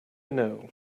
know